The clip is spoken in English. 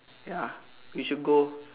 ya we should go